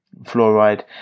fluoride